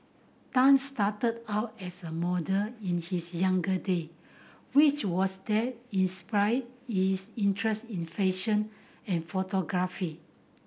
tan started out as a model in his younger day which was what inspired his interest in fashion and photography